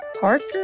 Parker